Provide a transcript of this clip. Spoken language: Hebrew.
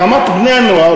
ברמת בני-הנוער,